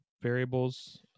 Variables